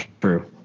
True